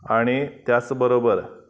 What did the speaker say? आनी त्याच बरोबर